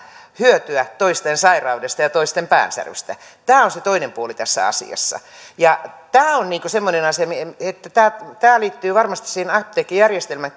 hyötyä toisten sairaudesta ja toisten päänsärystä tämä on se toinen puoli tässä asiassa ja tämä on semmoinen asia että tämä liittyy varmasti siihen apteekkijärjestelmän